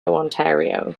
ontario